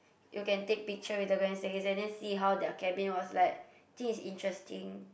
you can take picture with the grand staircase and then see how their cabin was like think is interesting